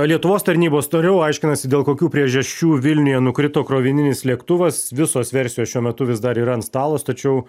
lietuvos tarnybos toliau aiškinasi dėl kokių priežasčių vilniuje nukrito krovininis lėktuvas visos versijos šiuo metu vis dar yra ant stalo stačiau